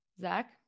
Zach